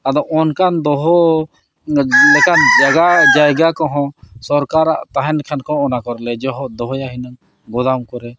ᱟᱫᱚ ᱚᱱᱠᱟᱱ ᱫᱚᱦᱚ ᱞᱮᱠᱟᱱ ᱡᱟᱭᱜᱟ ᱡᱟᱭᱜᱟ ᱠᱚᱦᱚᱸ ᱥᱚᱨᱠᱟᱨᱟᱜ ᱛᱟᱦᱮᱱ ᱠᱷᱟᱱ ᱠᱚ ᱚᱱᱟ ᱠᱚᱨᱮᱞᱮ ᱫᱚᱦᱚᱭᱟ ᱦᱩᱱᱟᱹᱝ ᱜᱩᱫᱟᱢ ᱠᱚᱨᱮ